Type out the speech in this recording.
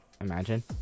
Imagine